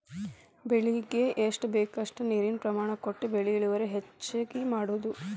ಬೆಳಿಗೆ ಎಷ್ಟ ಬೇಕಷ್ಟ ನೇರಿನ ಪ್ರಮಾಣ ಕೊಟ್ಟ ಬೆಳಿ ಇಳುವರಿ ಹೆಚ್ಚಗಿ ಮಾಡುದು